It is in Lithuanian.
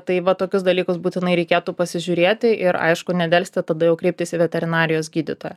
tai va tokius dalykus būtinai reikėtų pasižiūrėti ir aišku nedelsti tada jau kreiptis į veterinarijos gydytoją